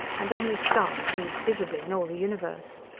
and only stars moved visibly in all the universe.